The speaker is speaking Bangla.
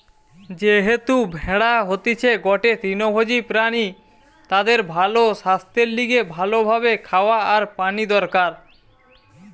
যেহেতু ভেড়া হতিছে গটে তৃণভোজী প্রাণী তাদের ভালো সাস্থের লিগে ভালো ভাবে খাওয়া আর পানি দরকার